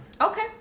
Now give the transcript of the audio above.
okay